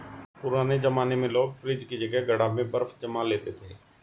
पुराने जमाने में लोग फ्रिज की जगह घड़ा में बर्फ जमा लेते थे